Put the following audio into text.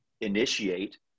initiate